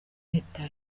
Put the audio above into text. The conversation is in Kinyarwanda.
impeta